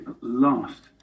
last